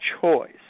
choice